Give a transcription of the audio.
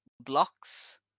blocks